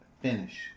finish